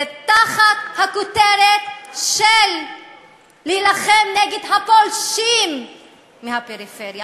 זה תחת הכותרת של "להילחם נגד הפולשים מהפריפריה".